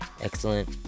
excellent